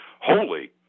holy